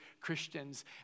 Christians